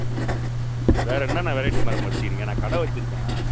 ம் வேறு என்னென்ன வெரைட்டி மேடம் வச்சுக்கிறீங்க நான் கடை வச்சுருக்கேன்